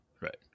right